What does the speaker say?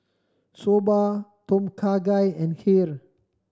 Soba Tom Kha Gai and Kheer